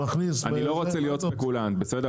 מכניס -- אני לא רוצה להיות כמו כולם בסדר?